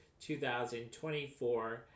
2024